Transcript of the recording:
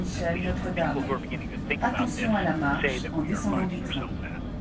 at least people who are beginning to think about this say that we are finding ourselves at.